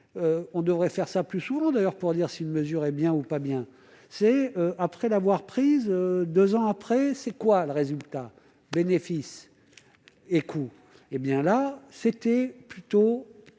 on devrait faire ça plus souvent d'ailleurs pour dire si une mesure hé bien ou pas bien, c'est après l'avoir prise 2 ans après, c'est quoi le résultat bénéfice et coup hé bien là, c'était plutôt